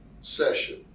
session